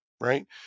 right